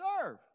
serve